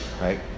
right